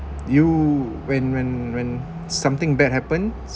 you when when when something bad happens